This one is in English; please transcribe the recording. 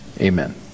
amen